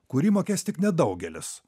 kurį mokės tik nedaugelis